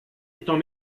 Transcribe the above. étant